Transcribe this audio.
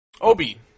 Obi